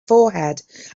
forehead